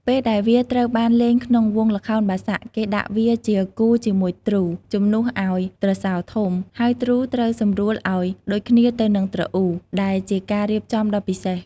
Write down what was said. ពេលដែលវាត្រូវបានលេងក្នុងវង់ល្ខោនបាសាក់ គេដាក់វាជាគូជាមួយទ្រូ ជំនួសឱ្យទ្រសោធំ ហើយទ្រូត្រូវសម្រួលឱ្យដូចគ្នាទៅនឹងទ្រអ៊ូ ដែលជាការរៀបចំដ៏ពិសេស។